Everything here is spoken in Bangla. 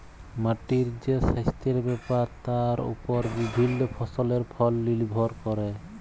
মাটির যে সাস্থের ব্যাপার তার ওপর বিভিল্য ফসলের ফল লির্ভর ক্যরে